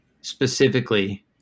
specifically